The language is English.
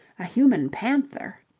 a human panther.